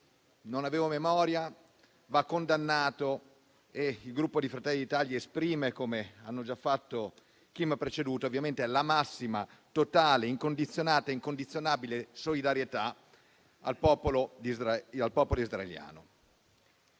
non avevo memoria, va condannato. Il Gruppo Fratelli d'Italia, come ha già fatto chi mi ha preceduto, ovviamente esprime la massima, totale, incondizionata e incondizionabile solidarietà al popolo israeliano.